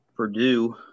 Purdue